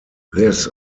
this